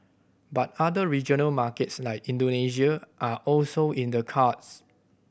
but other regional markets like Indonesia are also in the cards